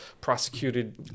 prosecuted